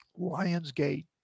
Lionsgate